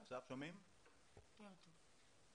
שרוצים לעבוד,